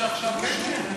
שעכשיו,